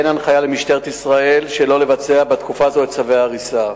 אין הנחיה למשטרת ישראל שלא לבצע בתקופה הזאת את צווי ההריסה.